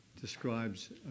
describes